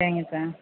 சரிங்க சார்